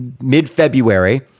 mid-February